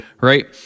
Right